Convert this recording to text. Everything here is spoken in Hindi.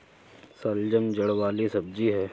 शलजम जड़ वाली सब्जी है